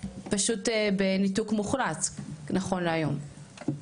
פשוט בניתוק מוחלט נכון להיום?